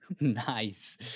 Nice